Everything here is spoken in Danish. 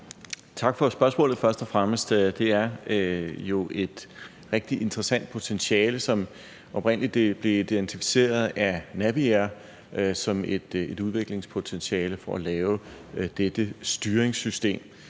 og fremmest. Det er jo et rigtig interessant potentiale, som oprindelig blev identificeret af Naviair – et udviklingspotentiale for at lave dette styringssystem.